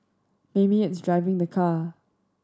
maybe it's driving the car